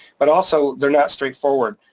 but also they're not straightforward.